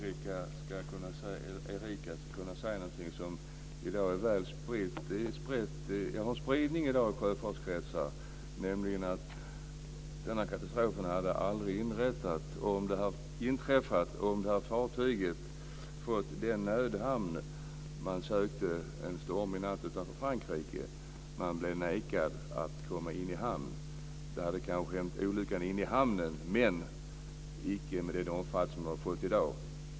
Fru talman! Jag skulle kunna säga någonting om Erika som har spridning i dag i sjöfartskretsar, nämligen att denna katastrof aldrig hade inträffat om fartyget fått den nödhamn som det sökte en stormig natt utanför Frankrike. Fartyget blev nekat att komma in i hamn. Annars kanske olyckan hade hänt inne i hamnen, men icke med den omfattning den nu fick.